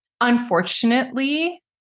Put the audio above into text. unfortunately